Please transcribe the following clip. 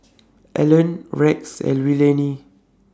Allan Rex and Willene